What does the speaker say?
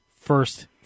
first